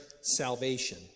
salvation